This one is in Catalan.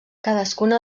cadascuna